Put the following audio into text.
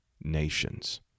nations